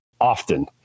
often